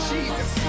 Jesus